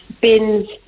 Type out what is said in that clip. bins